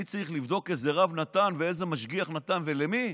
אני צריך לבדוק איזה רב נתן ואיזה משגיח נתן ולמי?